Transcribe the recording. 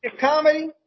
comedy